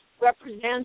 represents